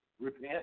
repent